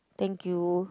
thank you